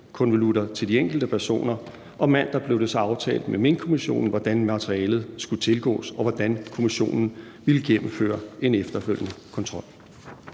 sikkerhedskonvolutter til de enkelte personer, og mandag blev det så aftalt med Minkkommissionen, hvordan materialet skulle tilgås, og hvordan kommissionen ville gennemføre en efterfølgende kontrol.